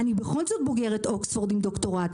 אני בכל זאת בוגרת אוקספורד עם דוקטורט.